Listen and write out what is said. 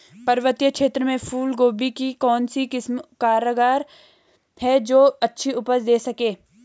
पर्वतीय क्षेत्रों में फूल गोभी की कौन सी किस्म कारगर है जो अच्छी उपज दें सके?